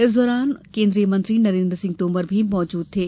इस दौरान केन्द्रीय मंत्री नरेन्द्र सिंह तोमर भी मौजूद थे